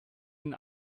den